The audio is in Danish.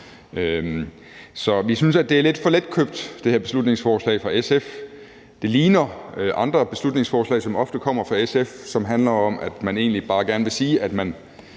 Så vi synes, at det her beslutningsforslag fra SF er lidt for letkøbt. Det ligner andre beslutningsforslag, som ofte kommer fra SF, og som handler om, at man egentlig bare gerne vil sige,